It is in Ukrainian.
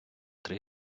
три